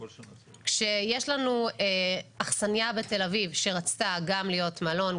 כאשר יש לנו אכסניה בתל אביב שרצתה גם להיות מלון,